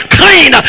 clean